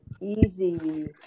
easy